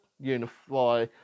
Unify